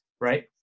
right